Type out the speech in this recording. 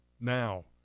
Now